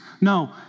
No